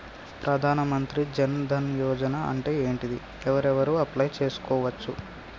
ప్రధాన మంత్రి జన్ ధన్ యోజన అంటే ఏంటిది? ఎవరెవరు అప్లయ్ చేస్కోవచ్చు?